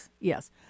Yes